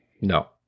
No